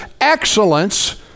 excellence